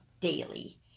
daily